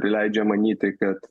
leidžia manyti kad